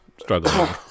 struggling